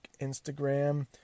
Instagram